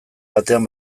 batean